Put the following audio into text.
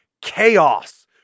Chaos